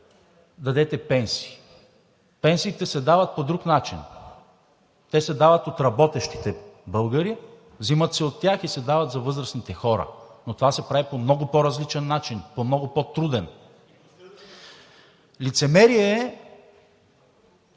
дадете пенсии. Пенсиите се дават по друг начин, те се дават от работещите българи, взимат се от тях и се дават за възрастните хора. Но това се прави по много по различен начин, по много по-труден. ХАСАН